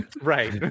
Right